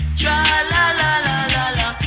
tra-la-la-la-la-la